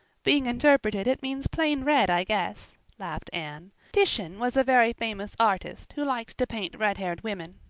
being interpreted it means plain red, i guess, laughed anne. titian was a very famous artist who liked to paint red-haired women.